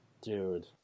Dude